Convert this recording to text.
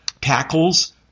tackles